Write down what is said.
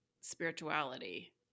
spirituality